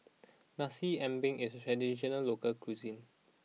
Nasi Ambeng is a traditional local cuisine